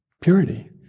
purity